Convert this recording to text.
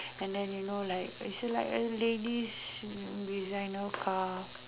and then you know like is like a ladies designer car